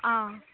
आं